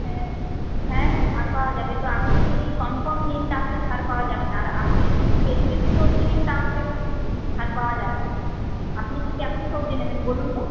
হ্যাঁ হ্যাঁ হ্য়াঁ ছাড় পাওয়া যাবে তো আপনি যদি কম কম নিন তা হলে ছাড় পাওয়া যাবে না আর আপনি যদি একটু বেশি বেশি সবজি নিন তা হলে একটু ছাড় পাওয়া যাবে আপনি কেমন সবজি নেবেন বলুন তো